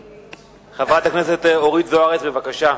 חברת הכנסת אורית זוארץ, בבקשה.